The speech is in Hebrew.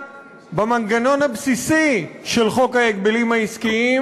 במנגנון הבסיסי של חוק ההגבלים העסקיים,